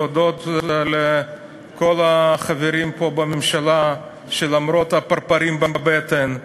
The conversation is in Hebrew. להודות לכל החברים פה בממשלה שלמרות הפרפרים בבטן,